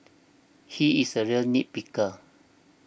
he is a real nit picker